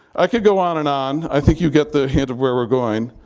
i could go on and on. i think you get the hint of where we're going.